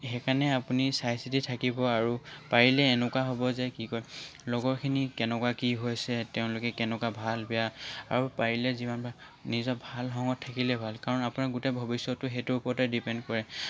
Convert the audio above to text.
সেইকাৰণে আপুনি চাই চিতি থাকিব আৰু পাৰিলে এনেকুৱা হ'ব যে কি কয় লগৰখিনি কেনেকুৱা কি হৈছে তেওঁলোকে কেনেকুৱা ভাল বেয়া আৰু পাৰিলে যিমান পাৰে নিজৰ ভাল সংগত থাকিলে ভাল কাৰণ আপোনাৰ গোটেই ভৱিষ্যৎটো সেইটোৰ ওপৰতে ডিপেণ্ড কৰে